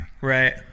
Right